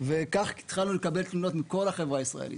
וכך התחלנו לקבל תלונות מכל החברה הישראלית.